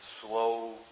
slow